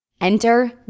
enter